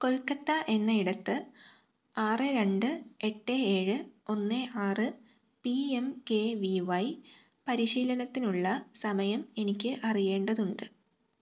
കൊൽക്കത്ത എന്നയിടത്ത് ആറ് രണ്ട് എട്ട് ഏഴ് ഒന്ന് ആറ് P M K V Y പരിശീലനത്തിനുള്ള സമയം എനിക്ക് അറിയേണ്ടതുണ്ട്